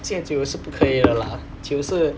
戒酒是不可以的啦酒是